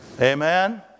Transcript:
Amen